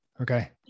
Okay